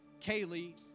Kaylee